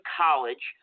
college